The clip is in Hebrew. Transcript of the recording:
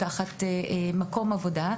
או תחת מקום עבודה,